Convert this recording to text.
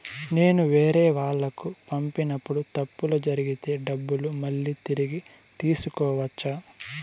నేను వేరేవాళ్లకు పంపినప్పుడు తప్పులు జరిగితే డబ్బులు మళ్ళీ తిరిగి తీసుకోవచ్చా?